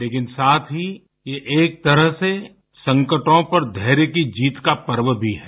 लेकिन साथ ही ये एक तरह से संकटों पर धैर्य की जीत का पर्व भी है